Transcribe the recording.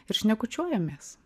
ir šnekučiuojamės